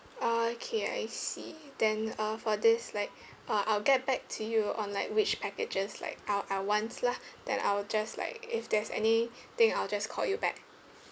ah okay I see then uh for this like uh I'll get back to you on like which packages like I'll I want lah then I will just like if there's anything I'll just call you back